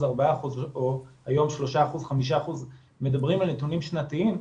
מדברים על נתונים שנתיים,